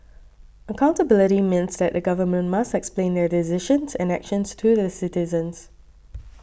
accountability means that the Government must explain their decisions and actions to the citizens